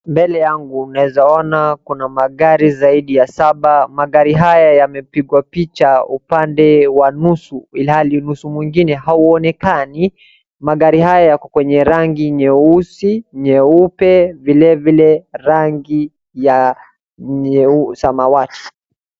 Mbele yangu naeza ona kuna magari zaidi ya saba, magari haya yamepigwa picha upande wa nusu ilhali nusu mwingine hauonekani, magari haya yako kwenye rangi nyeusi, nyeupe, vilevile rangi ya samawati.